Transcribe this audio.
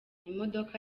imodoka